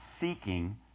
seeking